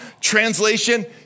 Translation